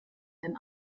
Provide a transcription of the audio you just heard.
den